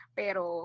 pero